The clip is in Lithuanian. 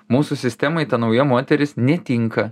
mūsų sistemai ta nauja moteris netinka